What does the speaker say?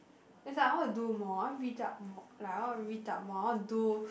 it's like I want to do more I want to read up more like I want to read up more I want to do